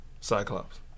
Cyclops